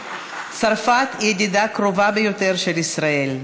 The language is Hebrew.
צרפת היא ידידה קרובה ביותר של ישראל,